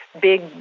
big